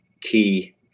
key